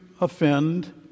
offend